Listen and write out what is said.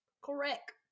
Correct